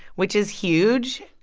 which is huge.